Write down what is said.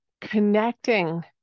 connecting